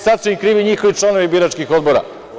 Sad su im krivi njihovi članovi biračkih odbora.